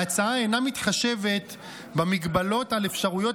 ההצעה אינה מתחשבת במגבלות על אפשרויות